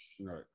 Right